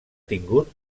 tingut